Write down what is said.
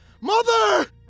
Mother